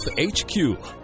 HQ